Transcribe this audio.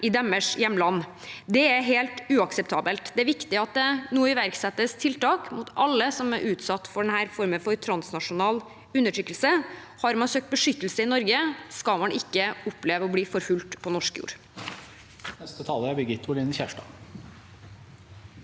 familie i hjemlandet. Det er helt uakseptabelt. Det er viktig at det nå iverksettes tiltak rettet mot alle som er utsatt for denne formen for transnasjonal undertrykkelse. Har man søkt beskyttelse i Norge, skal man ikke oppleve å bli forfulgt på norsk jord.